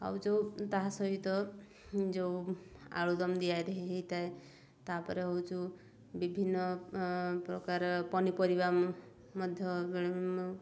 ଆଉ ଯେଉଁ ତାହା ସହିତ ଯେଉଁ ଆଳୁଦମ୍ ଦିଆ ହେଇଥାଏ ତାପରେ ହେଉଛି ବିଭିନ୍ନ ପ୍ରକାର ପନିପରିବା ମଧ୍ୟ